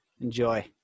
enjoy